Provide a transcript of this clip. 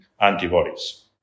antibodies